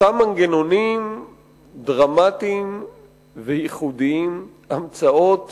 אותם מנגנונים דרמטיים וייחודיים, המצאות